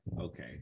Okay